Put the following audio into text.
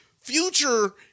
Future